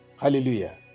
Hallelujah